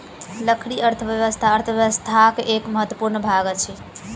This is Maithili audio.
लकड़ी अर्थव्यवस्था अर्थव्यवस्थाक एक महत्वपूर्ण भाग अछि